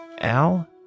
Al